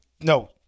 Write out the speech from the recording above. no